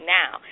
now